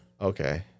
Okay